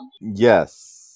Yes